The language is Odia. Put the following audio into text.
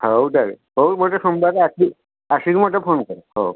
ହଉ ତାହାଲେ ହଉ ମୋତେ ସୋମବାର ଆସି ଆସିକି ମୋତେ ଫୋନ୍ କର ହଁ